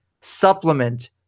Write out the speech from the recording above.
supplement